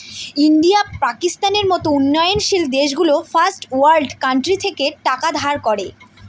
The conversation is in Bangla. ইন্ডিয়া, পাকিস্তানের মত উন্নয়নশীল দেশগুলো ফার্স্ট ওয়ার্ল্ড কান্ট্রি থেকে টাকা ধার করে